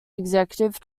executive